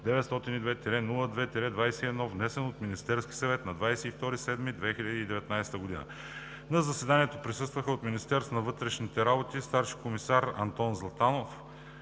902-02-21, внесен от Министерския съвет на 22 юли 2019 г. На заседанието присъстваха от Министерството на вътрешните работи: старши комисар Антон Златанов